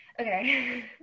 Okay